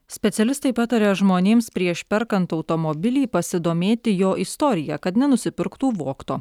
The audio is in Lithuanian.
specialistai pataria žmonėms prieš perkant automobilį pasidomėti jo istorija kad nenusipirktų vogto